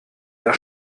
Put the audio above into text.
der